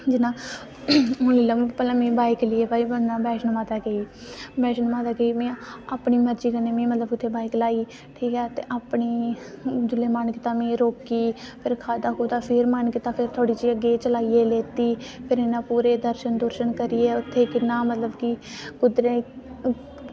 ते जि'यां भई में बाईक लेई ते में वैश्णो माता गेई ते उत्थें अपनी मरजी कन्नै में बाईक लाई ठीक ऐ ते अपनी जैल्ले मन कीता में रोकी होर खाद्धा ते फिर मन कीता थोह्ड़ी चिर गे चलाइयै ते फिर पूरे इ'यां दर्शन करियै उत्थें किन्ना मतलब की उतरे